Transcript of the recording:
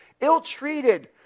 ill-treated